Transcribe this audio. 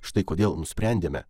štai kodėl nusprendėme